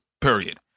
period